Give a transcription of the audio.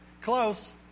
Close